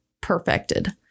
perfected